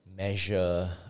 Measure